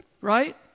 right